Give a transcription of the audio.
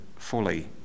Fully